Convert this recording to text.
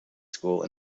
school